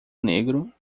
negro